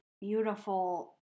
beautiful